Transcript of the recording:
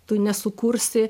tu nesukursi